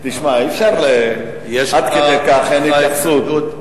אי-אפשר שעד כדי כך אין התייחסות.